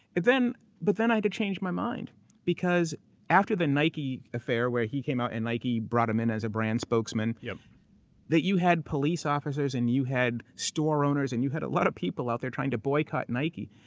but then i had to change my mind because after the nike affair where he came out and nike brought him in as a brand spokesman yeah that you had police officers and you had store owners and you had a lot of people out there trying to boycott nike.